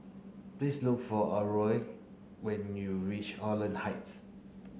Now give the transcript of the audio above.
please look for Aurore when you reach Holland Heights